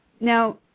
Now